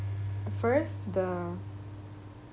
first the